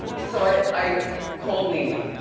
so i i called nene.